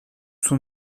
son